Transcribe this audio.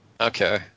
Okay